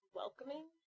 welcoming